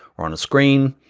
or on a screen.